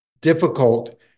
difficult